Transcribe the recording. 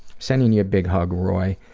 sending you a big hug, roy.